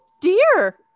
dear